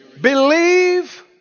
believe